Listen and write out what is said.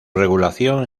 regulación